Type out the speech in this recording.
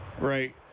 Right